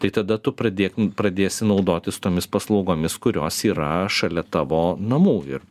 tai tada tu pradėk pradėsi naudotis tomis paslaugomis kurios yra šalia tavo namų ir